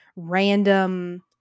random